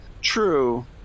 True